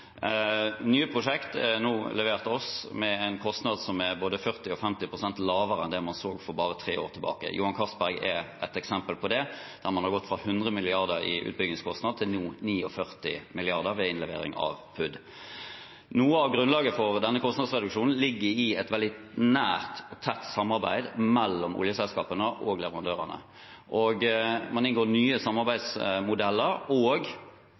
prosjekt er nå levert oss med en kostnad som er både 40 og 50 pst. lavere enn det man så for bare tre år siden. Johan Castberg er et eksempel på det, der man har gått fra 100 mrd. kr i utbyggingskostnader til nå 49 mrd. kr ved innlevering av PUD. Noe av grunnlaget for denne kostnadsreduksjonen ligger i et veldig nært og tett samarbeid mellom oljeselskapene og leverandørene. Man inngår nye samarbeidsmodeller, og